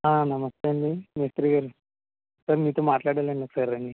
నమస్తే అండి మేస్త్రిగారు సార్ మీతో మాట్లాడాలండి ఒకసారి రండి